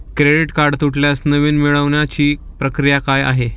Credit card तुटल्यास नवीन मिळवण्याची प्रक्रिया काय आहे?